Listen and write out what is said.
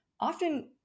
often